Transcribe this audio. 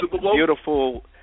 beautiful